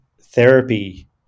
therapy